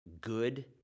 good